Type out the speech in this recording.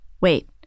Wait